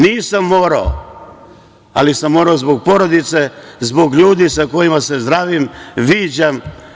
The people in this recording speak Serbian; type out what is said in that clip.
Nisam morao, ali sam morao zbog porodice, zbog ljudi sa kojima se zdravim, viđam.